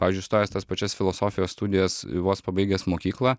pavyzdžiui įstojęs į tas pačias filosofijos studijas vos pabaigęs mokyklą